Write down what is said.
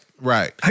Right